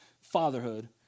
fatherhood